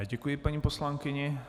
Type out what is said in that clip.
Děkuji paní poslankyni.